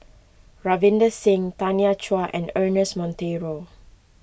Ravinder Singh Tanya Chua and Ernest Monteiro